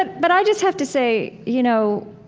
but i just have to say, you know,